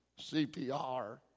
CPR